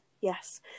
yes